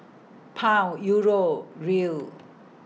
Pound Euro Riel